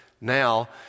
Now